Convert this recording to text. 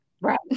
Right